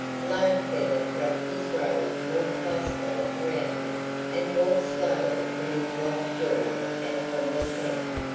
lone feather wrapped his robe more closely around him and walked slowly from his lodge door and from the camp,